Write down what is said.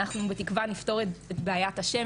אנחנו בתקווה נפתור את בעיית השם,